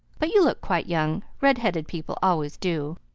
but you look quite young. red-headed people always do.